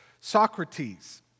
Socrates